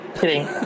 kidding